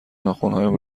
ناخنهایم